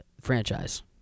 franchise